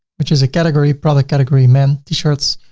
which is a category product category men t-shirts,